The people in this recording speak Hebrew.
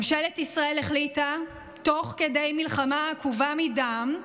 ממשלת ישראל החליטה, תוך כדי מלחמה עקובה מדם,